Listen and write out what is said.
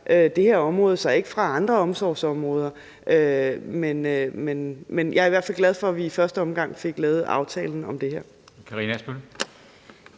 det her område sig ikke fra andre omsorgsområder. Men jeg er i hvert fald glad for, at vi i første omgang fik lavet aftalen om det her.